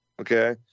okay